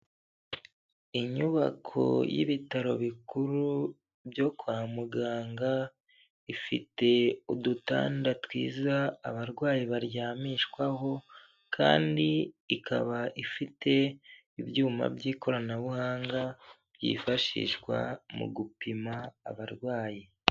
Inyubako y'ibitaro bikuru byo kwa muganga, ifite udutanda twiza abarwayi baryamishwaho, kandi ikaba ifite ibyuma by'ikoranabuhanga, byifashishwa mu gupima abarwayi.